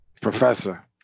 Professor